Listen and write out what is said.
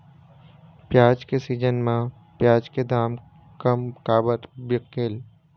प्याज के सीजन म प्याज के दाम कम काबर बिकेल?